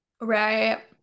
right